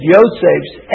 Yosef's